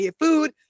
food